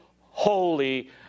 holy